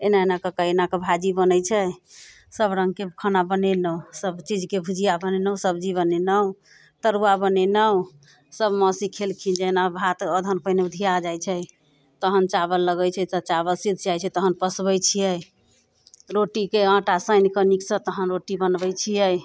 एना एना कऽ कऽ एनाकऽ भाजी बनै छै सभ रङ्गके खाना बनेनहुँ सभ चीजके भुजिया बनेनहुँ सब्जी बनेनहुँ तरुआ बनेनहुँ सभ माँ सिखेलखिन जे एना भात अदहन पहिने उधिया जाइ छै तहन चावल लगै छै तऽ चावल सिध जाइ छै तहन पसबै छियै रोटीके आटा सानिकऽ नीकसँ तहन रोटी बनबै छियै